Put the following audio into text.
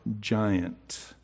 giant